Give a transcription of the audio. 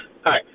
Hi